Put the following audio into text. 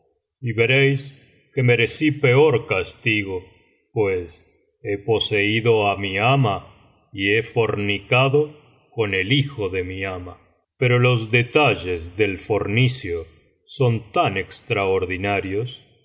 veréis que merecí peor castigo pues he poseído á mi ama y he fornicado con el hijo de mi ama pero los detalles del fornicio son tan extraordinarios